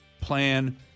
plan